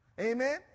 Amen